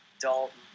Dalton